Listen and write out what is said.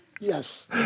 Yes